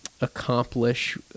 accomplish